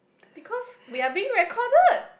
because we are being recorded